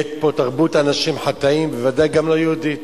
יש פה תרבות אנשים חטאים, ובוודאי גם לא יהודית.